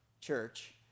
church